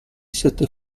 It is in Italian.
sette